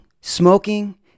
smoking